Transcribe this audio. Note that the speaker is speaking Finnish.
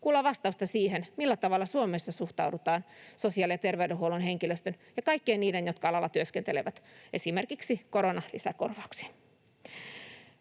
kuulla vastauksen siihen, millä tavalla Suomessa suhtaudutaan esimerkiksi sosiaali- ja terveydenhuollon henkilöstön ja kaikkien niiden, jotka alalla työskentelevät, koronalisäkorvaukseen.